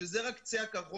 שזה רק קצה הקרחון,